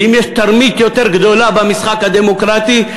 ואם יש תרמית יותר גדולה במשחק הדמוקרטי,